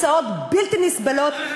הוצאות בלתי נסבלות,